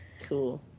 Cool